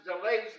delays